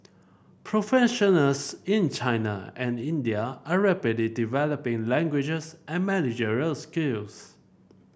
professionals in China and India are rapidly developing languages and managerial skills